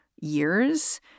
years